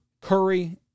Curry